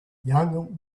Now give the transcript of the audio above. young